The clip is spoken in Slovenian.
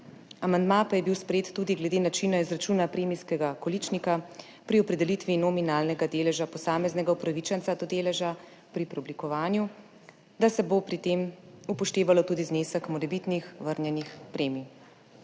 Amandma pa je bil sprejet tudi glede načina izračuna premijskega količnika pri opredelitvi nominalnega deleža posameznega upravičenca do deleža pri preoblikovanju, da se bo pri tem upoštevalo tudi znesek morebitnih vrnjenih premij.